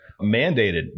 mandated